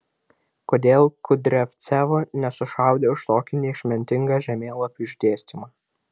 kodėl kudriavcevo nesušaudė už tokį neišmintingą žemėlapių išdėstymą